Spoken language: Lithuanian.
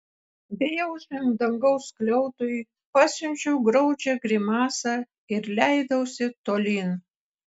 bejausmiam dangaus skliautui pasiunčiau graudžią grimasą ir leidausi tolyn